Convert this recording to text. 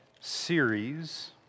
series